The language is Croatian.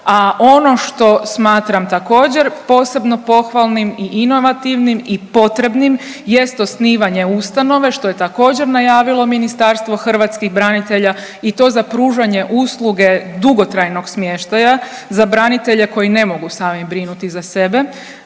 A ono što smatram također posebno pohvalnim i inovativnim i potrebnim jest osnivanje ustanove što je također najavilo Ministarstvo hrvatskih branitelja i to za pružanje usluge dugotrajnog smještaja za branitelje koji ne mogu sami brinuti za sebe,